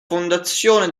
fondazione